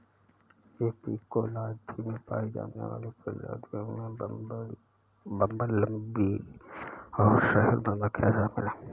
apicology में पाई जाने वाली प्रजातियों में बंबलबी और शहद मधुमक्खियां शामिल हैं